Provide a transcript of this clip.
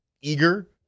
eager